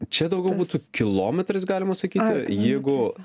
čia daugiau būtų kilometrais galima sakyti jeigu